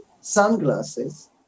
sunglasses